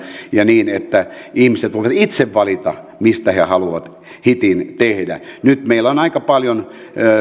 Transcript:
ja niin että ihmiset voisivat itse valita mistä he he haluavat hitin tehdä nyt meillä on aika paljon